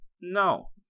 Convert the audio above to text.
no